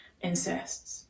insists